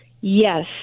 yes